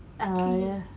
three years